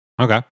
Okay